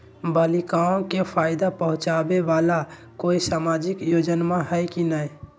बालिकाओं के फ़ायदा पहुँचाबे वाला कोई सामाजिक योजना हइ की नय?